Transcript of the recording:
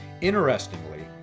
Interestingly